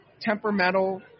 temperamental